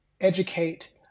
educate